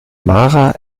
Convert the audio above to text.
mara